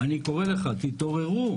אני קורא לך תתעוררו.